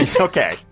okay